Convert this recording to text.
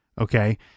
Okay